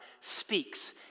speaks